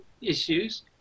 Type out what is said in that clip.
issues